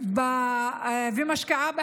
ומשקיעה בחינוך,